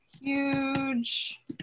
huge